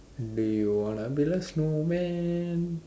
do you want to build a snowman